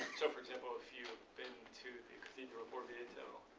so, for example, if you've been to cathedral at orvieto,